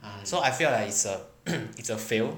so I felt like it's a it's a fail